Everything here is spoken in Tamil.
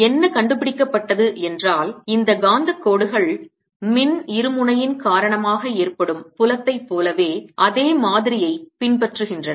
என்ன கண்டுபிடிக்கப்பட்டது என்றால் இந்த காந்தக் கோடுகள் மின் இருமுனையின் காரணமாக ஏற்படும் புலத்தைப் போலவே அதே மாதிரியைப் பின்பற்றுகின்றன